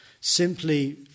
simply